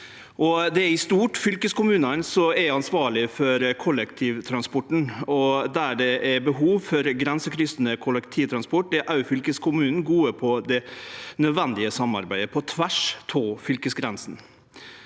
fylkeskommunane som er ansvarlege for kollektivtransporten. Der det er behov for grensekryssande kollektivtransport, er òg fylkeskommunane gode på det nødvendige samarbeidet på tvers av fylkesgrensene.